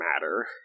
matter